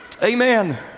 Amen